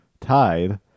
Tide